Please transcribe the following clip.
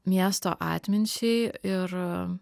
miesto atminčiai ir